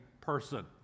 person